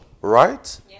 right